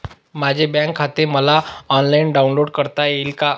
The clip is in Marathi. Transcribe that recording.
माझे बँक खाते मला ऑनलाईन डाउनलोड करता येईल का?